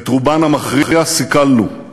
את רובן המכריע סיכלנו,